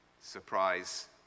surprise